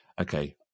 Okay